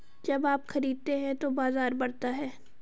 जब आप खरीदते हैं तो बाजार बढ़ता है